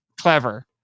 Clever